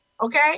okay